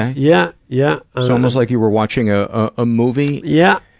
yeah, yeah. so, it was like you were watching a, a movie? yeah.